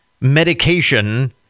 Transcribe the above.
medication